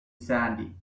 sandy